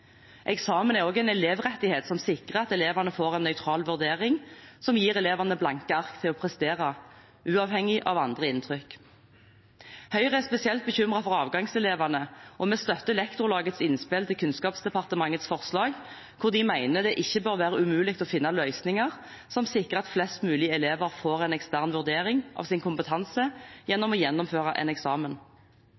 Eksamen er også en elevrettighet som sikrer at elevene får en nøytral vurdering – som gir elevene blanke ark til å prestere uavhengig av andre inntrykk. Høyre er spesielt bekymret for avgangselevene, og vi støtter Lektorlagets innspill til Kunnskapsdepartementets forslag, hvor de mener det ikke bør være umulig å finne løsninger som sikrer at flest mulig elever får en ekstern vurdering av sin kompetanse